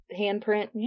handprint